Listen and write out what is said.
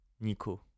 Nico